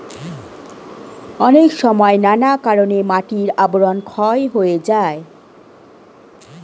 অনেক সময় নানা কারণে মাটির আবরণ ক্ষয় হয়ে যায়